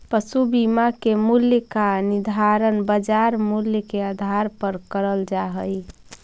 पशु बीमा के मूल्य का निर्धारण बाजार मूल्य के आधार पर करल जा हई